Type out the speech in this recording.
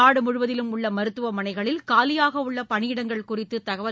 நாடு முழுவதிலும் உள்ள மருத்துவமனைகளில் காலியாக உள்ள பணியிடங்கள் குறித்து தகவல்